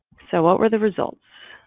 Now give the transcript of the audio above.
so what were the results?